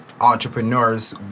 entrepreneurs